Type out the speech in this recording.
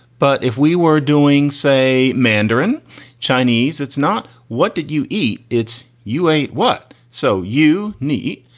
but if we were doing, say, mandarin chinese, it's not. what did you eat? it's you eat what. so you need.